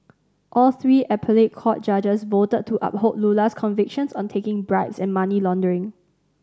all three appellate court judges voted to uphold Lula's convictions on taking bribes and money laundering